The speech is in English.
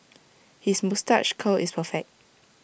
his moustache curl is perfect